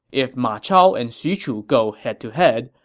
if ma chao and xu chu go head to head,